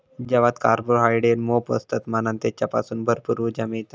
जवात कार्बोहायड्रेट मोप असतत म्हणान तेच्यासून भरपूर उर्जा मिळता